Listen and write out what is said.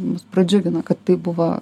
mus pradžiugino kad tai buvo